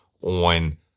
on